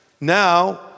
Now